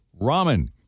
ramen